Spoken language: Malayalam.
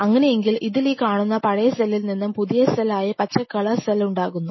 അങ്ങനെയെങ്കിൽ ഇതിൽ ഈ കാണുന്ന പഴയ സെല്ലിൽ നിന്നും പുതിയ സെൽ ആയ ഈ പച്ച കളർ സെൽ ഉണ്ടാകുന്നു